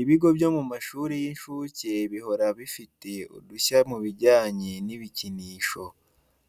Ibigo byo mu mashuri y'inshuke bihora bifite udushya mu bijyanye n'ibikinisho.